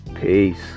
Peace